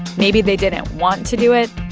maybe they didn't want to do it,